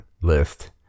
list